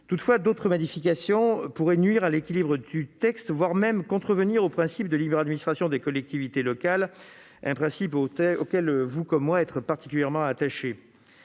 Toutefois, d'autres modifications pourraient nuire à l'équilibre du texte, voire contrevenir au principe de libre administration des collectivités locales, auquel vous êtes, comme moi, particulièrement attachés.